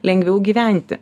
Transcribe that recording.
lengviau gyventi